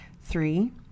three